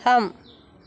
थाम